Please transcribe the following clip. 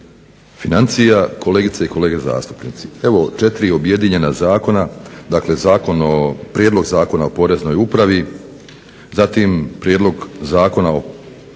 Financija kolegice i kolege zastupnici. Evo 4 objedinjena zakona, dakle Prijedlog Zakona o Poreznoj upravi, zatim prijedlog Zakona o